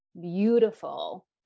beautiful